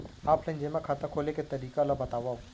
Offline जेमा खाता खोले के तरीका ल बतावव?